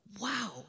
Wow